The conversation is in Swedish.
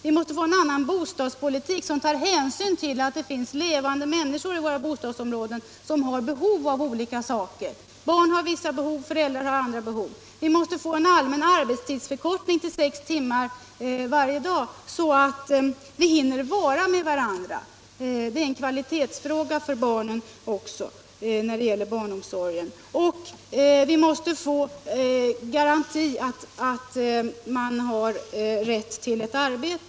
Vi måste få en annan bostadspolitik som tar hänsyn till att det finns levande människor i våra bostadsområden som har olika behov. Barn har vissa behov, föräldrar har andra behov. Vi måste få en allmän arbetstidsförkortning till sex timmar per dag så att vi hinner vara med varandra — det är en kvalitetsfråga också för barnen. Vi måste få en garanterad rätt till arbete.